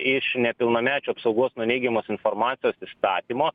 iš nepilnamečių apsaugos nuo neigiamos informacijos įstatymo